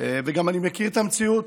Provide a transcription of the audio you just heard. ואני גם מכיר את המציאות,